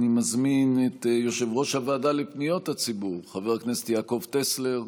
אני מזמין את יושב-ראש הוועדה לפניות הציבור חבר הכנסת יעקב טסלר.